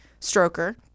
Stroker